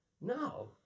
No